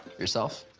yourself?